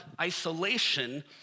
isolation